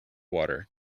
water